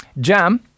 Jam